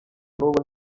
n’ubu